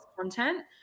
content